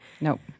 Nope